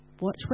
watch